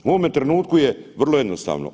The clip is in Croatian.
U ovome trenutku je vrlo jednostavno.